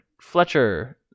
Fletcher